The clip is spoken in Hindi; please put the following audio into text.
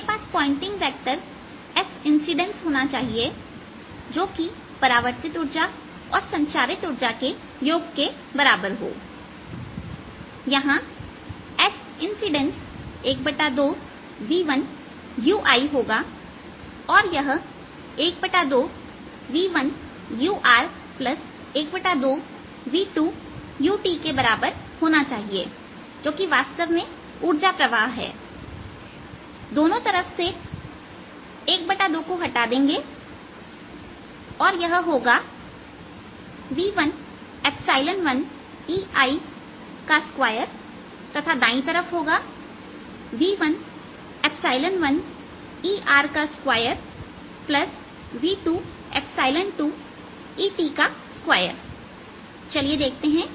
मेरे पास पॉइंटिंग वेक्टर Sincident होना चाहिए जो कि परावर्तित ऊर्जा और संचारित ऊर्जा के योग के बराबर हो Sincident Sreflected Stransmitted यहां Sincident12v1uIहोगा और यह 12v1uR 12v2uT इसके बराबर होना चाहिए जो कि वास्तव में ऊर्जा प्रवाह है दोनों तरफ से ½ को हटा देंगे और यह होगा v11EI2 तथा दाईं तरफ v11ER2 v22ET2 चलिए देखते हैं